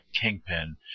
kingpin